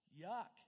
Yuck